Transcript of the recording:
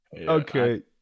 Okay